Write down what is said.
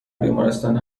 بیمارستان